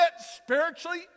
spiritually